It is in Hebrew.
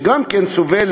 שגם כן סובלת